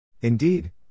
Indeed